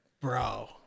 Bro